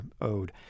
ode